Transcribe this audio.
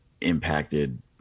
impacted